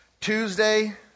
Tuesday